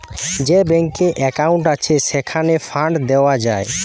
যে ব্যাংকে একউন্ট আছে, সেইখানে ফান্ড দেওয়া যায়